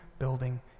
building